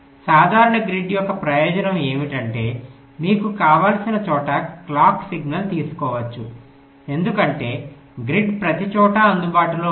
సాధారణ గ్రిడ్ యొక్క ప్రయోజనం ఏమిటంటే మీకు కావలసిన చోట క్లాక్ సిగ్నల్ తీసుకోవచ్చు ఎందుకంటే గ్రిడ్ ప్రతిచోటా అందుబాటులో ఉంటుంది